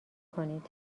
کنید